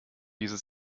diese